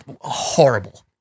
horrible